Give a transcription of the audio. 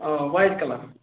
آ white colour